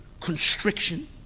constriction